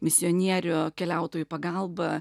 misionierių keliautojų pagalba